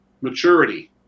maturity